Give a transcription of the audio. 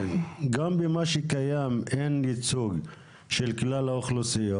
גם במה שקיים אין ניצול של כלל האוכלוסיות.